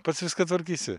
pats viską tvarkysi